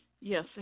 Yes